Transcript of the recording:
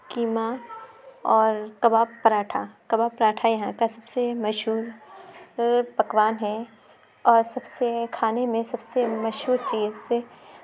قیمہ اور کباب پراٹھا کباب پراٹھا یہاں کا سب سے مشہور پکوان ہے اور سب سے کھانے میں سب سے مشہور چیز سے